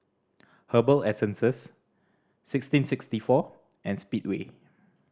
Herbal Essences sixteen sixty four and Speedway